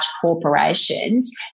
corporations